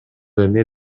эмне